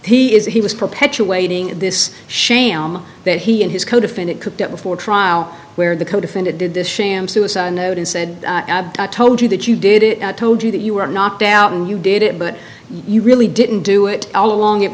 he is he was perpetuating this sham that he and his codefendant cooked up before trial where the codefendant did this sham suicide note and said i told you that you did it told you that you were knocked out and you did it but you really didn't do it all along it